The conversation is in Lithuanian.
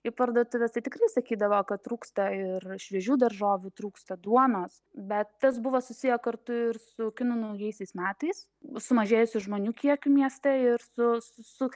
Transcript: į parduotuves tai tikrai sakydavo kad trūksta ir šviežių daržovių trūksta duonos bet tas buvo susiję kartu ir su kinų naujaisiais metais sumažėjusiu žmonių kiekiu mieste ir su su su